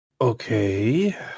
Okay